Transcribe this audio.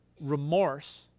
remorse